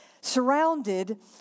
surrounded